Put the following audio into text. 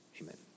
Amen